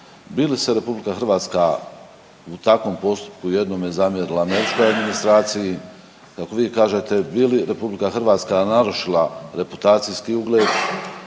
bi li se RH u takvom postupku jednome zamjerila američkoj administraciji kako vi kažete, bi li RH narušila reputacijski ugled,